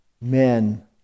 Men